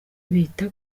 bita